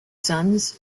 sons